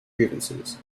grievances